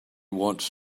wants